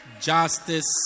Justice